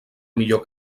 millor